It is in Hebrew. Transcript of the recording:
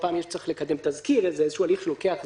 יהיה צריך לקדם תזכיר, איזשהו הליך שלוקח זמן,